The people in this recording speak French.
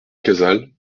casals